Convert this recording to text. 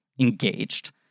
engaged